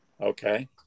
Okay